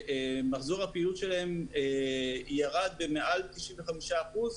שמחזור הפעילות שלהן ירד במעל 95%,